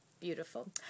beautiful